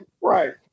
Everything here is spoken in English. Right